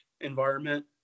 environment